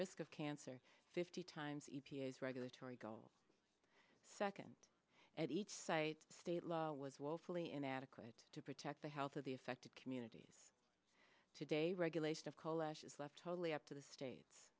risk of cancer fifty times e t a s regulatory goal second at each site state law was woefully inadequate to protect the health of the affected communities today regulation of coal ash is left totally up to the states